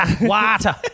water